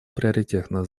приоритетных